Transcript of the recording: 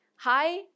Hi